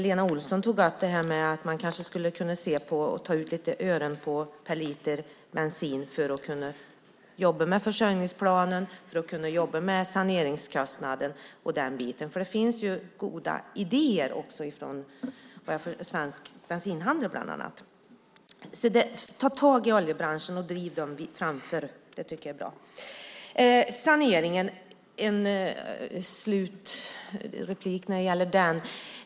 Lena Olsson tog upp att man kanske kan ta ut några ören per liter bensin för att kunna jobba med försörjningsplanen och saneringskostnaderna. Det finns goda idéer också från svensk bensinhandel bland annat. Ta tag i oljebranschen och driv dem framför er! Det tycker jag är bra. Jag har en slutkommentar när det gäller saneringen.